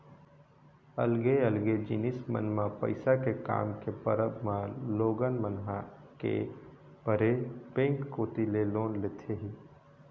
अलगे अलगे जिनिस मन म पइसा के काम के परब म लोगन मन ह के परे बेंक कोती ले लोन लेथे ही